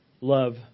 love